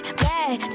bad